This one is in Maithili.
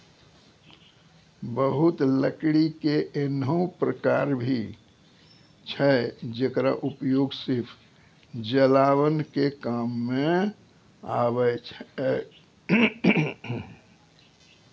बहुत लकड़ी के ऐन्हों प्रकार भी छै जेकरो उपयोग सिर्फ जलावन के काम मॅ आवै छै